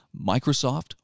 Microsoft